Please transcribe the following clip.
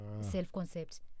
self-concept